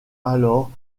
alors